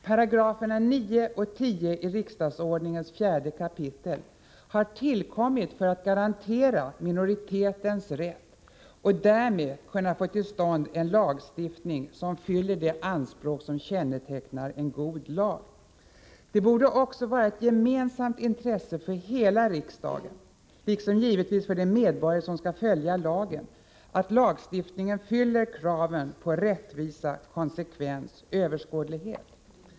9 och 10 §§ i riksdagsordningens 4 kap. har tillkommit för att garantera minoritetens rätt och därmed kunna få till stånd en lagstiftning som fyller de anspråk som kännetecknar en god lag. Det borde också vara ett gemensamt intresse för hela riksdagen, liksom givetvis för de medborgare som skall följa lagen, att lagstiftningen fyller kraven på rättvisa, konsekvens och överskådlighet.